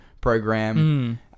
program